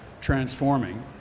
transforming